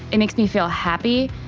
it makes me feel happy,